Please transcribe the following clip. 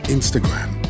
Instagram